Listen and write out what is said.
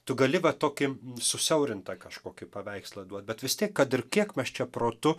tu gali va tokį susiaurintą kažkokį paveikslą duot bet vis tiek kad ir kiek mes čia protu